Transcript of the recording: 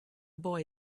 boy